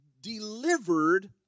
delivered